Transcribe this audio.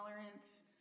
tolerance